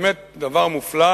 באמת דבר מופלא,